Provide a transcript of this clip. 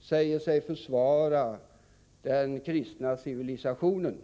säger sig försvara den kristna civilisationen.